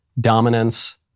dominance